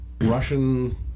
Russian